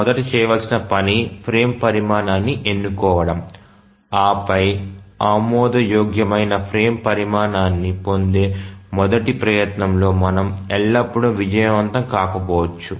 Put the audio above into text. మొదట చేయవలసిన పని ఫ్రేమ్ పరిమాణాన్ని ఎన్నుకోవడం ఆ పై ఆమోదయోగ్యమైన ఫ్రేమ్ పరిమాణాన్ని పొందే మొదటి ప్రయత్నంలో మనము ఎల్లప్పుడూ విజయవంతం కాకపోవచ్చు